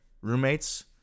roommates